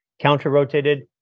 counter-rotated